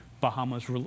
Bahamas